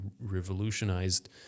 revolutionized